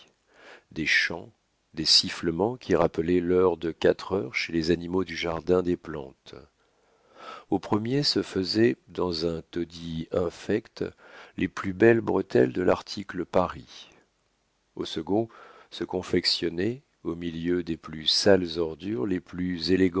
des chants des sifflements qui rappelaient l'heure de quatre heures chez les animaux du jardin des plantes au premier se faisaient dans un taudis infect les plus belles bretelles de l'article paris au second se confectionnaient au milieu des plus sales ordures les plus